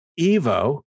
Evo